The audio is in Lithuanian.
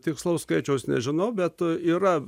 tikslaus skaičiaus nežinau bet yra